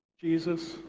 Jesus